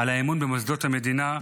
על האמון במוסדות המדינה,